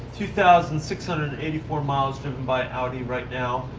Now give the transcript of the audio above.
two thousand six hundred and eighty four miles driven by audi right now.